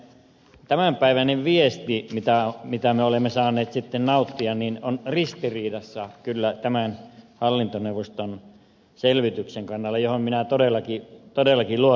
elikkä tämänpäiväinen viesti mitä me olemme saaneet nauttia on ristiriidassa kyllä tämän hallintoneuvoston selvityksen kanssa johon minä todellakin luotan tällä hetkellä